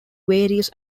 various